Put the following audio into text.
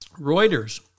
Reuters